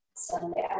Sunday